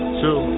two